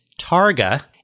Targa